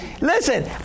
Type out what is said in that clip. listen